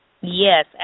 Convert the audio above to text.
Yes